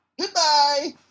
Goodbye